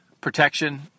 protection